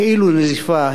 כאילו נזיפה,